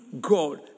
God